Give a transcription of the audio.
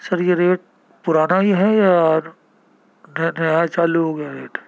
سر یہ ریٹ پرانا ہی ہے یا نیا چالو ہو گیا ہے ریٹ